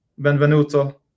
Benvenuto